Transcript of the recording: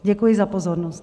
Děkuji za pozornost.